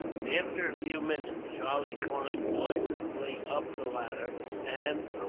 after a few minutes, charlie climbed noiselessly up the ladder and,